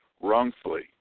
wrongfully